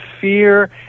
fear